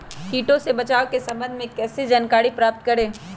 किटो से बचाव के सम्वन्ध में किसी जानकारी प्राप्त करें?